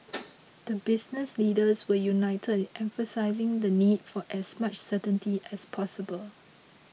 the business leaders were united in emphasising the need for as much certainty as possible